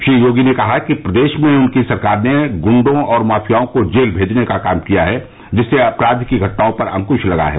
श्री योगी ने कहा कि प्रदेश में उनकी सरकार ने गुंडे और माफियाओं को जेल भेजने का काम किया जिससे अपराध की घटनाओं पर अंकृश लगा है